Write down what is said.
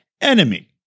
enemy